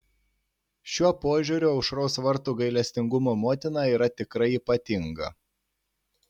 šiuo požiūriu aušros vartų gailestingumo motina yra tikrai ypatinga